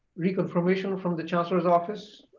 reconfirmation from the chancellor's office